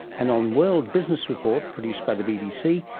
and on world business report, produced by the bbc,